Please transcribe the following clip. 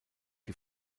die